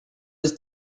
his